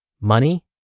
money